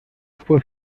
fue